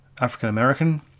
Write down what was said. African-American